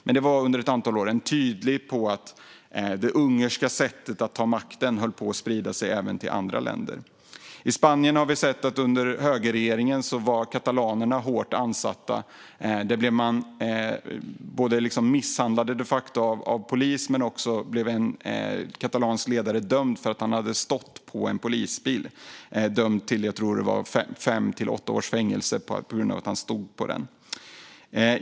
Men det var under ett antal år tydligt att det ungerska sättet att ta makten höll på att sprida sig även till andra länder. I Spanien har vi sett att katalanerna var hårt ansatta under högerregeringen. De blev de facto misshandlade av polis. En katalansk ledare blev också dömd för att han hade stått på en polisbil. Jag tror att han blev dömd till fem till åtta års fängelse på grund av att han stod på den.